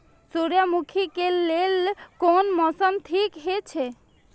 सूर्यमुखी के लेल कोन मौसम ठीक हे छे?